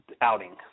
outing